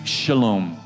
shalom